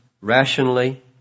rationally